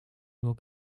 nur